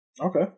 Okay